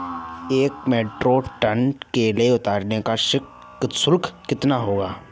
एक metric tonne केला उतारने का श्रम शुल्क कितना होगा?